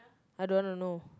I don't wanna know